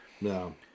No